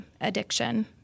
addiction